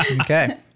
Okay